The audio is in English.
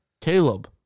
Caleb